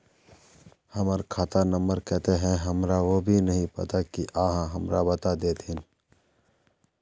हमर खाता नम्बर केते है हमरा वो भी नहीं पता की आहाँ हमरा बता देतहिन?